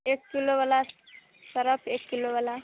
एक किलोवला सर्फ़ एक किलोवला